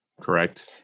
correct